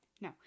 No